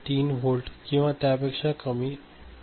3 volt किंवा त्यापेक्षा कमी असते